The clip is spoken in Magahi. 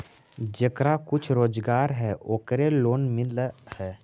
जेकरा कुछ रोजगार है ओकरे लोन मिल है?